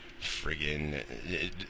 Friggin